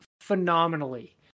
phenomenally